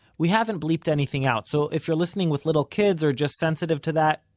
we haven't bleeped anything out, so if you're listening with little kids, or just sensitive to that,